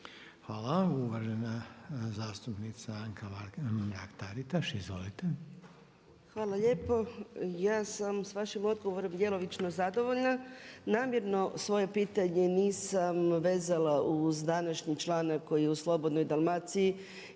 Hvala. Uvažena zastupnica Anka Mrak-Taritaš, izvolite. **Mrak-Taritaš, Anka (HNS)** Hvala lijepo. Ja sam sa vašim odgovorom djelomično zadovoljna. Namjerno svoje pitanje nisam vezala uz današnji članak koji je u Slobodnoj Dalmaciji,